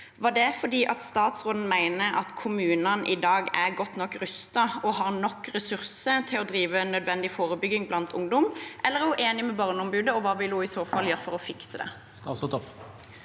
Var det fordi statsråden mener at kommunene i dag er godt nok rustet og har nok ressurser til å drive nødvendig fore bygging blant ungdom? Eller er hun enig med Barneombudet, og hva vil hun i så fall gjøre for å fikse det?